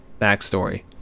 backstory